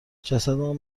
جسدان